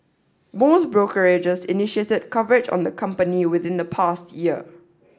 most brokerages initiated coverage on the company within the past year